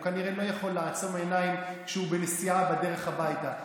הוא כנראה לא יכול לעצום עיניים כשהוא בנסיעה בדרך הביתה.